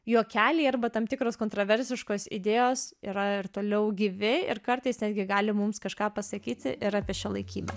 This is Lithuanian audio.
juokeliai arba tam tikros kontroversiškos idėjos yra ir toliau gyvi ir kartais netgi gali mums kažką pasakyti ir apie šiuolaikybę